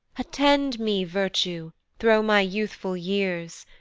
attend me, virtue, thro' my youthful years!